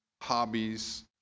hobbies